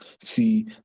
see